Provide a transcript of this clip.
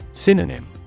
Synonym